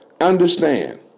Understand